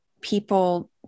people